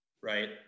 right